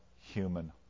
human